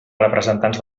representants